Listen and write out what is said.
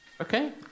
okay